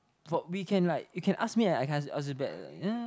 what we can like you can ask me and I can ask you ask you back yeah